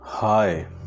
Hi